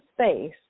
space